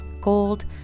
gold